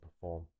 perform